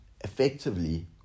effectively